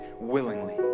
willingly